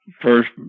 First